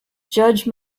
judge